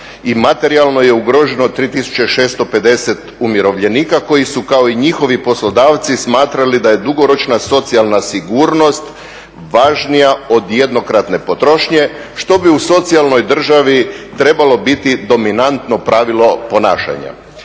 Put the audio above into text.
materijalno je ugroženo 3650 umirovljenika koji su kao i njihovi poslodavci smatrali da je dugoročna socijalna sigurnost važnija od jednokratne potrošnje što bi u socijalnoj državi trebalo biti dominantno pravilo ponašanja.